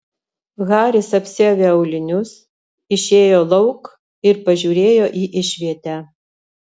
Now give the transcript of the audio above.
haris apsiavė aulinius išėjo lauk ir pažiūrėjo į išvietę